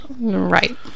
Right